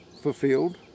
fulfilled